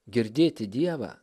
girdėti dievą